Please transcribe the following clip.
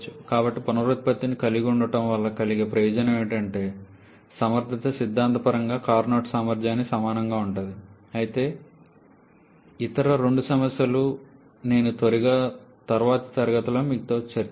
కాబట్టి పునరుత్పత్తిని కలిగి ఉండటం వల్ల కలిగే ప్రయోజనం ఏమిటంటే సమర్థత సిద్ధాంతపరంగా కార్నోట్ సామర్థ్యానికి సమానంగా ఉంటుంది అయితే ఇతర రెండు సమస్యలు నేను తర్వాతి తరగతిలో మళ్లీ చర్చిస్తాను